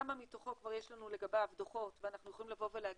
כמה מתוכו כבר יש לנו לגביו דוחות ואנחנו יכולים להגיד